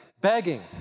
begging